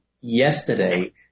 yesterday